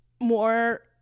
more